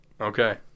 okay